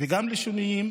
וגם לשינויים,